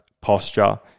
posture